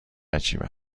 عجیب